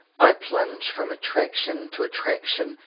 i plunge from attraction to attraction,